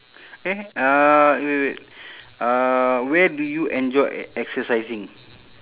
eh uh wait wait uh where do you enjoy e~ exercising